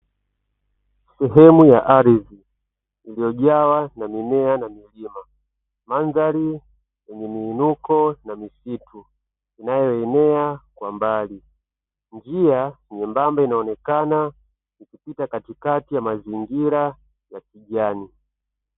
Sehemu ya ardhi iliyojawa na mimea na milima, mandhari yenye miinuko na misitu inayoenea kwa mbali, njia nyembamba inaonekana ikipita katikati ya mazingira ya kijani.